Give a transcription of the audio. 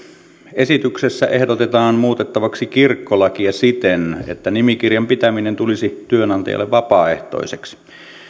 esityksessä ehdotetaan muutettavaksi kirkkolakia siten että nimikirjan pitäminen tulisi työnantajalle vapaaehtoiseksi